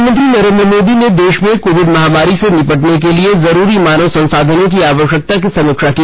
प्रधानमंत्री नरेन्द्र मोदी ने देश में कोविड महामारी से निपटने के लिए जरूरी मानव संसाधनों की आवश्यकता की समीक्षा की